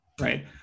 right